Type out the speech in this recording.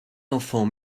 enfants